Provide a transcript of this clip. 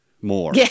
more